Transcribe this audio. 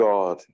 God